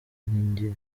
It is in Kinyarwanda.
nijye